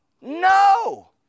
No